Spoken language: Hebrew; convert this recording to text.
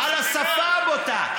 אתה לא מעיר לו, על השפה הבוטה.